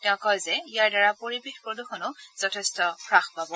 তেওঁ কয় যে ইয়াৰ দ্বাৰা পৰিৱেশ প্ৰদূষণ যথেষ্ট হাস পাব